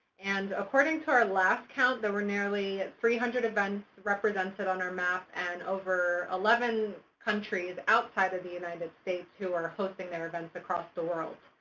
and according to our last count, there were nearly three hundred events represented on our map and over eleven countries outside of the united states who were hosting their events across the world.